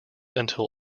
until